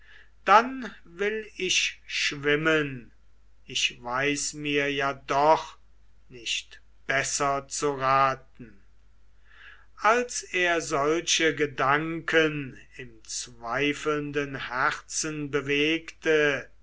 dann will ich schwimmen ich weiß mir ja doch nicht besser zu raten als er solche gedanken im zweifelnden herzen bewegte